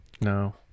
no